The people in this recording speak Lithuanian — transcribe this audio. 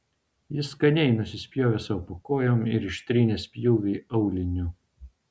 jis skaniai nusispjovė sau po kojom ir ištrynė spjūvį auliniu